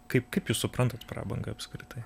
kaip kaip jūs suprantat prabangą apskritai